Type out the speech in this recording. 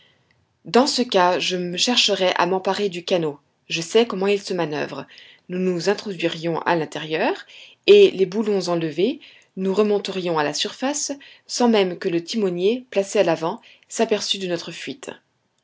dans ce cas je chercherais à m'emparer du canot je sais comment il se manoeuvre nous nous introduirions à l'intérieur et les boulons enlevés nous remonterions à la surface sans même que le timonier placé à l'avant s'aperçût de notre fuite